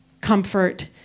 comfort